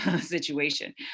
situation